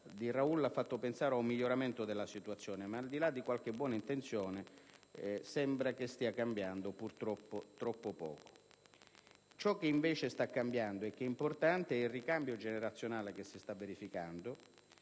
di Raul ha fatto pensare ad un miglioramento della situazione ma, al di là di qualche buona intenzione, purtroppo sembra che stia cambiando troppo poco. Ciò che invece sta avvenendo, ed è importante, è il ricambio generazionale che si sta verificando;